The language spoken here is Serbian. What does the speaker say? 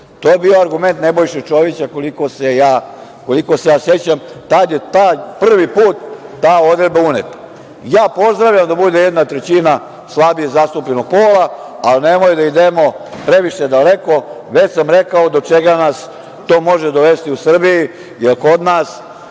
To je bio argument Nebojše Čovića koliko se ja sećam. Tada je prvi put ta odredba uneta. Ja pozdravljam da bude jedna trećina slabije zastupljenog pola, ali nemoj da idemo previše daleko, već sam rekao do čega nas to može dovesti u Srbiji, jer kod nas